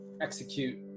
execute